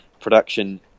production